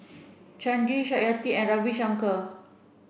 Chandi Satyajit and Ravi Shankar